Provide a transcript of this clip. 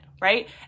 Right